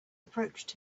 approached